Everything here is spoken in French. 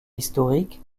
historiques